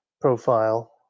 profile